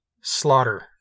Slaughter